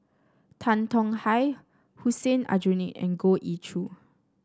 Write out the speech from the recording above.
Tan Tong Hye Hussein Aljunied and Goh Ee Choo